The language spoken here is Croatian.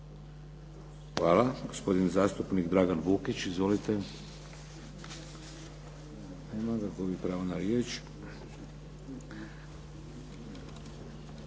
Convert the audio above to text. Hvala. Gospodin zastupnik Dragan Vukić. Izvolite. Nema ga, gubi pravo na riječ.